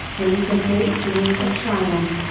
brings a great feeling of triumph.